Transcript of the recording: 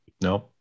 no